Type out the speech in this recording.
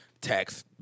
tax